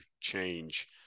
change